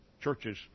churches